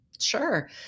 sure